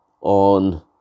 on